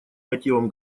мотивам